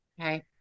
Okay